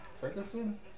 Ferguson